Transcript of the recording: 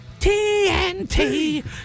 TNT